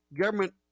government